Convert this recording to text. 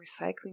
recycling